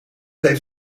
heeft